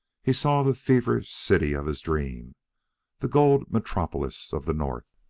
he saw the feverish city of his dream the gold metropolis of the north,